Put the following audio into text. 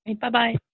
Bye-bye